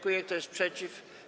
Kto jest przeciw?